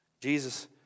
Jesus